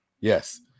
yes